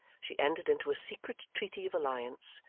she entered into a secret treaty of alliance,